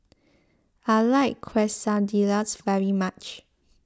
I like Quesadillas very much